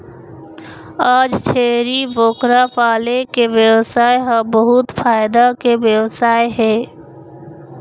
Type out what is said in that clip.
आज छेरी बोकरा पाले के बेवसाय ह बहुत फायदा के बेवसाय हे